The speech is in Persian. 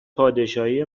پادشاهی